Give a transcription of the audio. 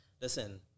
Listen